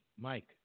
Mike